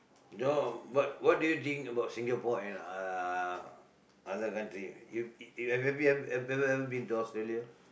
no but what do you think about Singapore and uh other country you have have have have have you ever been to Australia